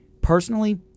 personally